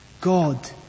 God